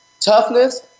toughness